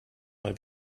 mal